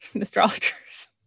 astrologers